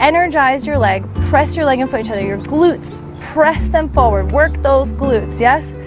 energize your leg, press your leg in for each other your glutes, press them forward work those glutes yes,